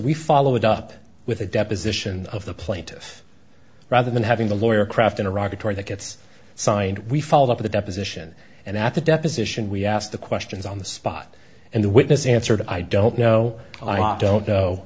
we followed up with a deposition of the plaintiff rather than having the lawyer craft in a rocketry that gets signed we followed up the deposition and at the deposition we asked the questions on the spot and the witness answered i don't know i don't know